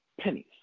pennies